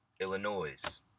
Illinois